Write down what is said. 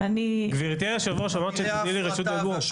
גבירתי היושב-ראש, אמרת שתיתני לי רשות דיבור.